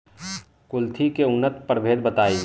कुलथी के उन्नत प्रभेद बताई?